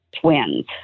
twins